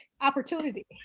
Opportunity